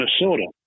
Minnesota